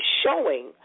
showing